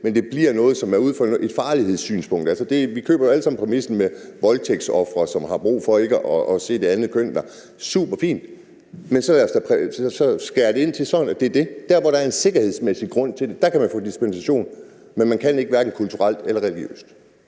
men det bliver noget, som er ud fra et farlighedssynspunkt. Altså, vi køber jo alle sammen præmissen med voldtægtsofre, som har brug for ikke at se det andet køn der. Det er superfint, men så lad os da skære det til, sådan at det er det: Der, hvor der er en sikkerhedsmæssig grund til det, kan man få dispensation, men man kan det ikke hverken kulturelt eller religiøst